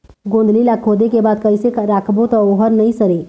गोंदली ला खोदे के बाद कइसे राखबो त ओहर नई सरे?